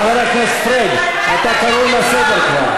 חבר הכנסת פריג', אתה קרוי לסדר כבר.